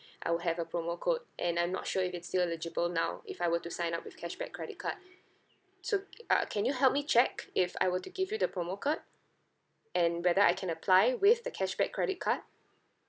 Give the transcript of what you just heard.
I will have a promo code and I'm not sure if it's still eligible now if I were to sign up with cashback credit card so i~ uh can you help me check if I were to give you the promo code and whether I can apply with the cashback credit card